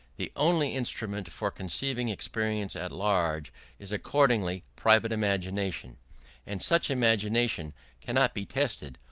the only instrument for conceiving experience at large is accordingly private imagination and such imagination cannot be tested,